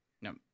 No